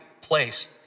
place